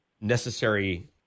necessary